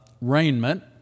raiment